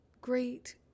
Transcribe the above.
great